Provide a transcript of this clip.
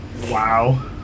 Wow